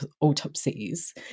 autopsies